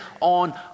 on